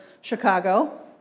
Chicago